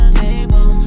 table